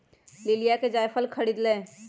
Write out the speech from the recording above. लिलीया ने जायफल खरीद लय